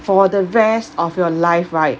for the rest of your life right